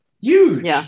huge